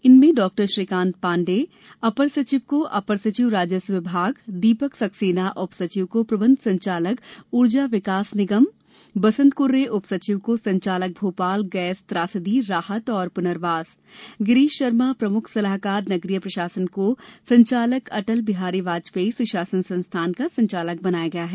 इनमें डॉ श्रीकांत पांडे अपर सचिव को अपर सचिव राजस्व विभाग दीपक सक्सेना उप सचिव को प्रबंध संचालक ऊर्जा विकास निगम बसंत कुर्रे उप सचिव को संचालक भोपाल गैस त्रासदी राहत एवं पुनर्वास गिरीश शर्मा प्रमुख सलाहकार नगरीय प्रशासन को संचालक अटल बिहारी वाजपेई सुशासन संस्थान का संचालक बनाया है